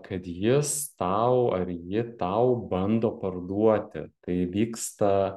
kad jis tau ar ji tau bando parduoti tai vyksta